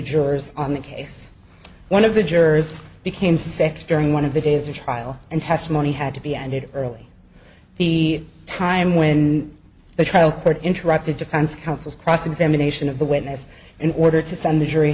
jurors on the case one of the jurors became sick during one of the days of trial and testimony had to be ended early the time when the trial court interrupted defense counsel cross examination of the witness in order to send the jury